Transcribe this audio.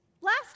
last